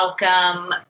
welcome